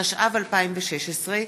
התשע"ו 2016,